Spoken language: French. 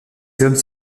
hommes